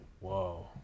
Whoa